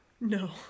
No